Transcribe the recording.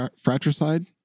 fratricide